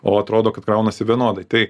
o atrodo kad kraunasi vienodai tai